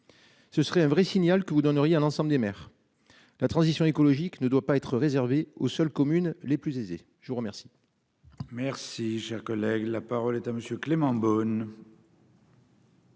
Ce serait un vrai signal que vous donneriez à l'ensemble des maires. La transition écologique ne doit pas être réservé aux seules communes les plus aisés. Je vous remercie. Merci. Collègue, la parole est à monsieur Clément Beaune.